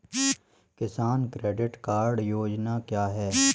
किसान credit card योजना क्या है?